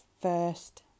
first